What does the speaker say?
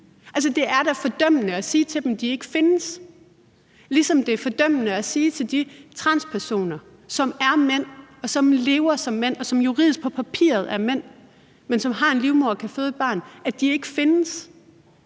Det er da fordømmende at sige til dem, at de ikke findes, ligesom det er fordømmende at sige til de transpersoner, som er mænd, og som lever som mænd, og som juridisk, på papiret, er mænd, men som har en livmoder og kan føde et barn, at de ikke findes.